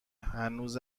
هنوز